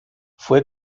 fue